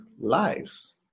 lives